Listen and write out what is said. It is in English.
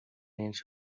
inch